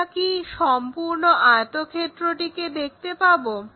আমরা কি সম্পূর্ণ আয়তক্ষেত্রটিকে দেখতে পাবো